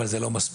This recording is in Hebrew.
אבל זה לא מספיק.